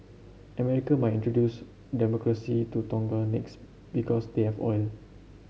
America might introduce Democracy to Tonga next because they have oil